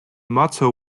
motto